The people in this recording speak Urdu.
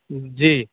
جی